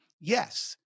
yes